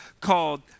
called